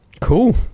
Cool